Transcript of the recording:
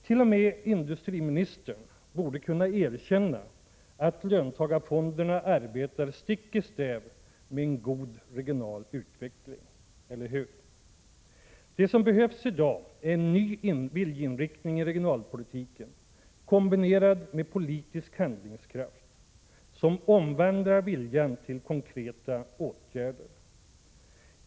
T. o. m. industriministern borde kunna erkänna att löntagarfonderna arbetar stick i stäv med en god regional utveckling. Eller hur? Det som behövs i dag är en ny viljeinriktning i regionalpolitiken kombinerad med politisk handlingskraft, som omvandlar viljan till konkreta åtgärder.